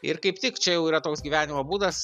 ir kaip tik čia jau yra toks gyvenimo būdas